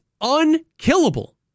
unkillable